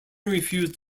refused